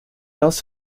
else